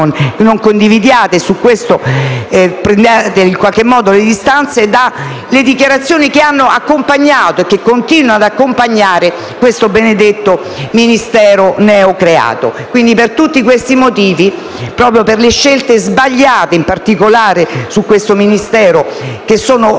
non lo facciate e che prendiate le distanze - le dichiarazioni che hanno accompagnato e che continuano ad accompagnare questo benedetto Ministero neocreato. Per tutti questi motivi, proprio per le scelte sbagliate in particolare su questo Ministero, che sono - ripeto